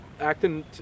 acting